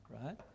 right